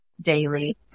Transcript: daily